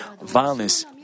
violence